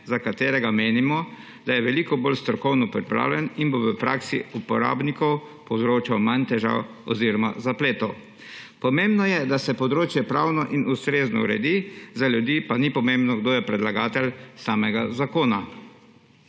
za katerega menimo, da je veliko bolj strokovno pripravljen in bo v praksi uporabnikom povzročal manj težav oziroma zapletov. Pomembno je, da se področje pravno in ustrezno uredi, za ljudi pa ni pomembno, kdo je predlagatelj samega zakona.